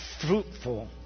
fruitful